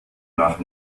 nach